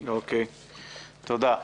תודה.